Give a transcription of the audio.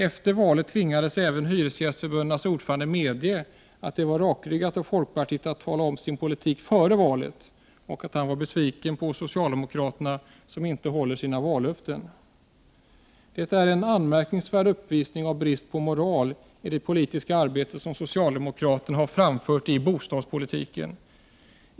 Efter valet tvingades även hyresgästförbundets ordförande medge att det var rakryggat av folkpartiet att tala om sin politik före valet, och att han var besviken på socialdemokraterna som inte håller sina vallöften. Det är en anmärkningsvärd brist på moral i det politiska arbetet som socialdemokraterna har visat i bostadspolitiken.